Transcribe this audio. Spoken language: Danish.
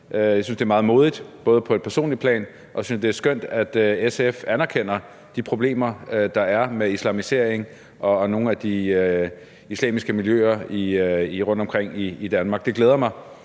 Jeg synes, det er meget modigt på et personligt plan, og jeg synes, det er skønt, at SF anerkender de problemer, der er, med islamisering og med nogle af de islamiske miljøer rundtomkring i Danmark – det glæder mig.